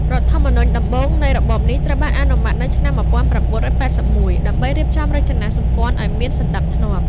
រដ្ឋធម្មនុញ្ញដំបូងនៃរបបនេះត្រូវបានអនុម័តនៅឆ្នាំ ១៩៨១ ដើម្បីរៀបចំរចនាសម្ព័ន្ធរដ្ឋឱ្យមានសណ្តាប់ធ្នាប់។